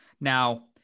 Now